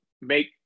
make